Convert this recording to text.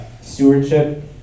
stewardship